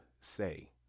say